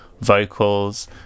vocals